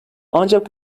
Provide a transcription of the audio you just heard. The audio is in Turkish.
ancak